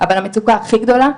אבל המצוקה הכי גדולה,